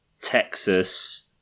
Texas